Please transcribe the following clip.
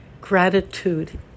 gratitude